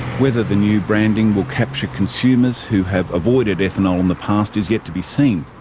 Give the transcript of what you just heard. whether the new branding will capture consumers who have avoided ethanol in the past is yet to be seen.